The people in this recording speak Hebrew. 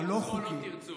תרצו או לא תרצו.